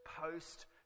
post